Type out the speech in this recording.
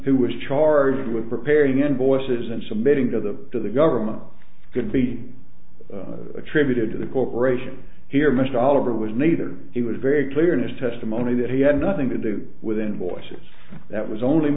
who was charged with preparing invoices and submitting to the to the government could be attributed to the corporation here mr oliver was neither he was very clear in his testimony that he had nothing to do with invoices that was only